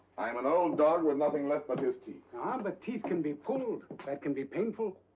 i'm an old dog with nothing left but his teeth. ah, but teeth can be pulled. that can be painful.